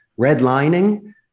redlining